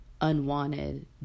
unwanted